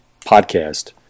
podcast